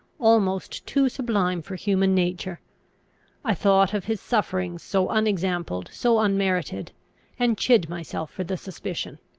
almost too sublime for human nature i thought of his sufferings so unexampled, so unmerited and chid myself for the suspicion.